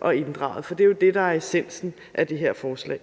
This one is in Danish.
og inddraget; for det er jo det, der er essensen af det her forslag.